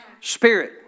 Spirit